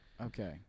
Okay